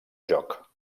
joc